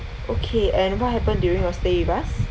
okay and what happened during your stay with us